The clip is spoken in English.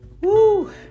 Woo